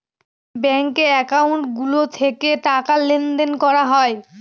ব্যাঙ্কে একাউন্ট গুলো থেকে টাকা লেনদেন করা হয়